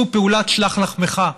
עשו פעולת "שלח לחמך".